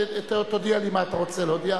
תודיע לי מה אתה רוצה להודיע,